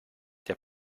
der